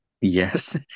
Yes